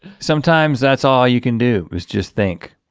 sometimes that's all you can do is just think.